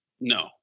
No